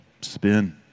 Spin